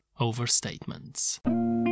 overstatements